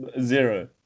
zero